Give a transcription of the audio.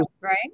right